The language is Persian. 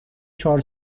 چهار